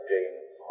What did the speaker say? James